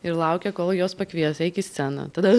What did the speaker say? ir laukia kol juos pakvies eik į sceną tada